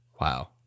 Wow